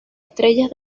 estrellas